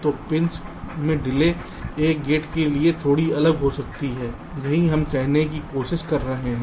तो पिंस में डिले एक गेट के लिए थोड़ी अलग हो सकती है यही हम कहने की कोशिश कर रहे हैं